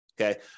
okay